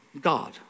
God